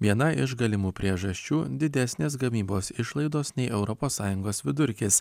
viena iš galimų priežasčių didesnės gamybos išlaidos nei europos sąjungos vidurkis